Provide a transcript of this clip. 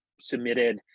submitted